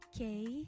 okay